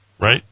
right